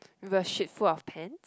with your shit full of pants